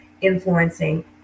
influencing